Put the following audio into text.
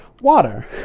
water